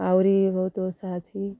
ଆହୁରି ବହୁତ ଓଷା ଅଛି